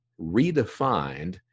redefined